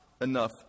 enough